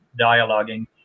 dialoguing